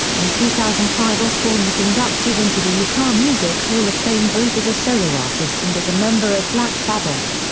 in two thousand and five osbourne was inducted into the uk ah music hall of fame both as a solo artist and as a member of black sabbath.